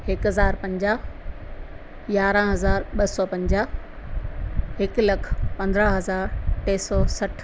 हिकु हज़ार पंजाहु यारहं हज़ार ॿ सौ पंजाह हिकु लखु पंद्रहं हज़ार टे सौ सठि